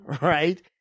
right